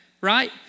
right